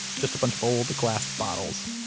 just a bunch of old glass bottles.